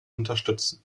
unterstützen